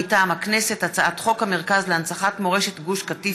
מטעם הכנסת: הצעת חוק המרכז להנצחת מורשת גוש קטיף